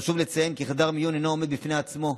חשוב לציין כי חדר מיון אינו עומד בפני עצמו,